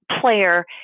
player